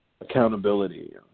accountability